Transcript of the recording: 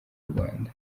rwanda